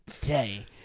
day